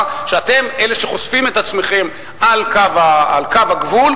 שאתם אלה שחושפים את עצמם על קו הגבול,